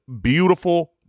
beautiful